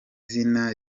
zina